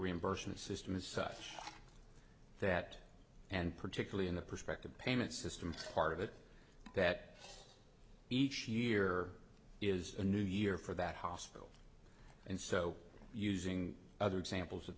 reimbursement system is such that and particularly in the perspective payment systems part of it that each year is a new year for that hospital and so using other examples